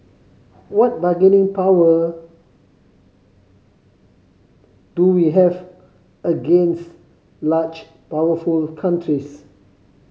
what bargaining power do we have against large powerful countries